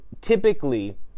typically